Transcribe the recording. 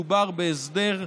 מדובר בהסדר,